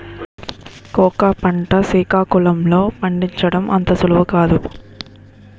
cocoa పంట సికాకుళం లో పండించడం అంత సులువు కాదు